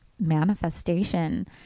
manifestation